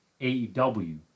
AEW